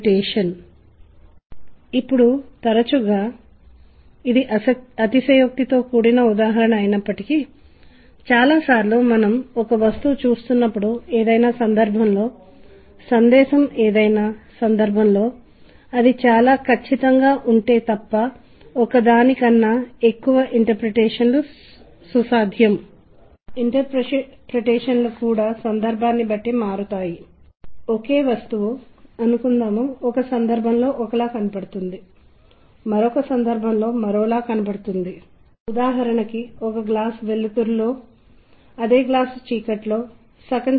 timbre అనేది నేను చర్చించి మీకు దీని గురించి ఒక ఉదాహరణ ఇచ్చినప్పుడు నేను మీతో పంచుకోగలను టింబ్రే వరుస స్థాయిలను ఒక పరికరం లేదా గొంతు యొక్క నాణ్యత అనేది ఎలా వాయించబడతాయో మీతో పంచుకోగలను కాబట్టి కిషోర్ కుమార్ ఎందుకు జనాదరణ పొందిన వాడో చెప్పండి మరియు ఎందుకు xy మరియు z చాలా ప్రజాదరణ పొందలేదు ఇద్దరూ స్థాయిలను సరిగ్గా వాయిస్తున్నారు ఎందుకంటే మీరు ఆ గొంతుని విన్న వెంటనే అది కిషోర్ కుమార్ గొంతు అని లేదా మీరు శబ్దం విన్న మరుక్షణం ఏ నిర్దిష్ట పరికరంతో వాయించబడుతుందో అని మీకు తెలుస్తుంది